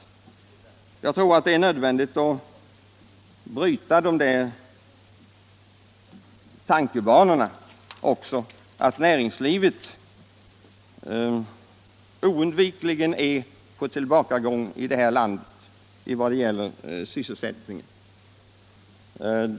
Vidare tror jag det är nödvändigt att bryta de tankebanor som säger att näringslivet nödvändigtvis måste vara på tillbakagång i landet när det gäller sysselsättning och expansion.